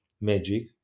magic